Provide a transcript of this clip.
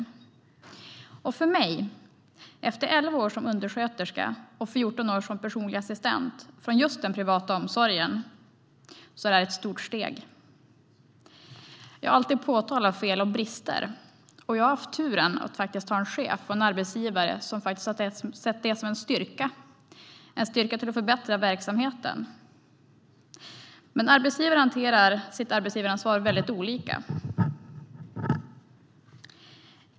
Efter elva år som undersköterska och fjorton år som personlig assistent i den privata omsorgen är detta för mig ett stort steg. Jag har alltid påtalat fel och brister, och jag har haft turen att ha en chef och en arbetsgivare som har sett det som en styrka, en styrka som kan användas för att förbättra verksamheten. Men arbetsgivare hanterar sitt arbetsgivaransvar väldigt olika.